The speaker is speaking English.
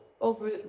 over